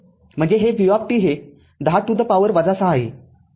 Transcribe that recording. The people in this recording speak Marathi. म्हणून हे v हे १० to power ६ आहे